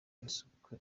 n’isuku